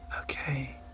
Okay